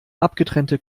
abgetrennte